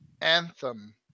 anthem